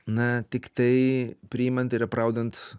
na tiktai priimant ir apraudant